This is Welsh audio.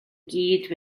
gyd